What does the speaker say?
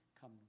come